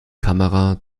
kamera